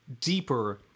deeper